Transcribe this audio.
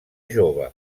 jove